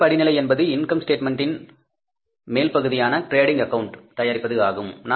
முதல் படிநிலை என்பது இன்கம் ஸ்டேட்மென்ட்டின் மேல்பகுதியான டிரேடிங் அக்கவுண்ட்டை தயாரிப்பது ஆகும்